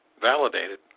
validated